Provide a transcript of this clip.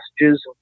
messages